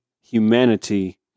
humanity